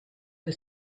the